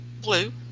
blue